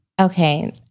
Okay